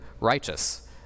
righteous